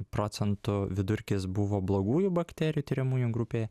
procentų vidurkis buvo blogųjų bakterijų tiriamųjų grupėje